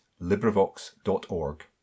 LibriVox.org